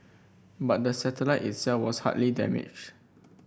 but the satellite itself was hardly damaged